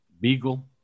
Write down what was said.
beagle